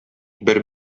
бер